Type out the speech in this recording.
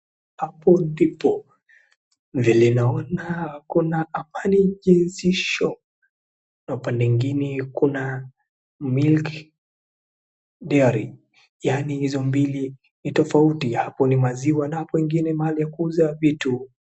Hapo ndipo, vile naona kuna Amani Gen. Shop, na upande mwingine kuna milk dairy, yani hizo mbili ni tofauti, hapo ni maziwa na hapo pengine ni mahali ya kuuza vitu.